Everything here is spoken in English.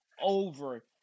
over